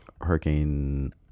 hurricane